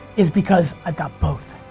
is because i've got both.